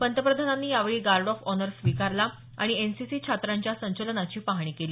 पंतप्रधानांनी यावेळी guard of honour स्वीकारला आणि एनसीसी छात्रांच्या संचलनाची पाहणी केली